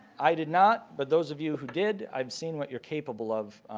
i did not. but those of you who did i have seen what you're capable of.